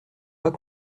pas